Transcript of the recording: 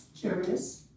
Curious